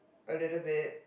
a little bit